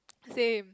same